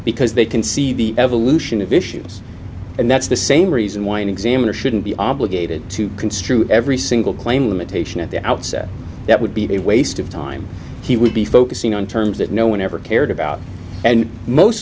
because they can see the evolution of issues and that's the same reason why an examiner shouldn't be obligated to construe every single claim limitation at the outset that would be a waste of time he would be focusing on terms that no one ever cared about and most